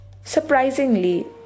Surprisingly